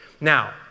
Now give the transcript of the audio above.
Now